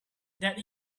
that